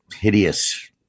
Hideous